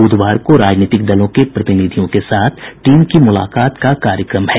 बुधवार को राजनीतिक दलों के प्रतिनिधियों के साथ टीम की मुलाकात का कार्यक्रम है